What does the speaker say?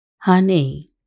honey